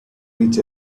reach